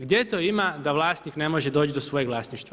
Gdje to ima da vlasnik ne može doći do svojeg vlasništva?